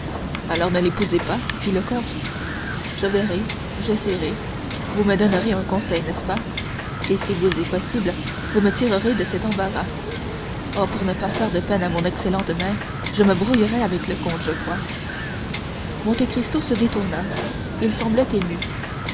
alors ne l'épousez pas fit le comte je verrai j'essaierai vous me donnerez un conseil n'est-ce pas et s'il vous est possible vous me tirerez de cet embarras oh pour ne pas faire de peine à mon excellente mère je me brouillerais avec le comte je crois monte cristo se détourna il semblait ému